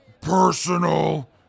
PERSONAL